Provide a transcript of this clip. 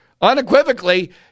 unequivocally